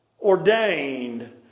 ordained